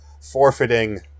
forfeiting